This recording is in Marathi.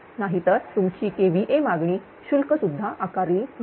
नाहीतर तुमची kVA मागणी शुल्क सुद्धा आकारली जाईल